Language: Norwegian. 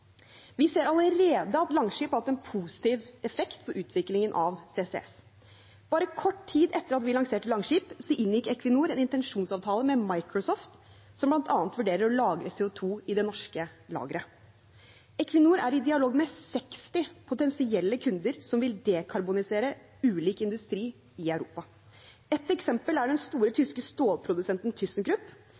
Vi ser allerede at Langskip har hatt en positiv effekt på utviklingen av CCS. Bare kort tid etter at vi lanserte Langskip, inngikk Equinor en intensjonsavtale med Microsoft, som bl.a. vurderer å lagre CO 2 i det norske lageret. Equinor er i dialog med 60 potensielle kunder som vil dekarbonisere ulik industri i Europa. Et eksempel er den store tyske stålprodusenten